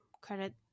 credit